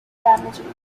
damaging